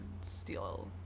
steal